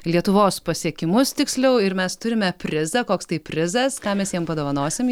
lietuvos pasiekimus tiksliau ir mes turime prizą koks tai prizas ką mes jiem padovanosim